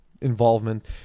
involvement